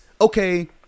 okay